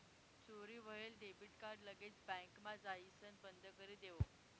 चोरी व्हयेल debit card लगेच बँकमा जाइसण बंदकरी देवो